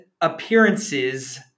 appearances